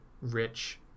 rich